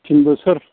थिन बोसोर